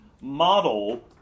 model